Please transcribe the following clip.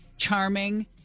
Charming